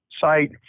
site